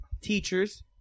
teachers